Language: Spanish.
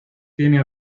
tiene